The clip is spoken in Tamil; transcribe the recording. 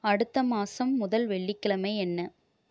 அடுத்த மாதம் முதல் வெள்ளிக்கிழமை என்ன